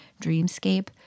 dreamscape